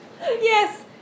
Yes